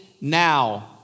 now